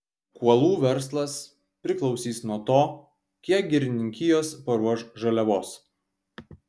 kuolų verslas priklausys nuo to kiek girininkijos paruoš žaliavos